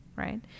right